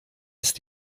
ist